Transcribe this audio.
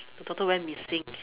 the daughter went missing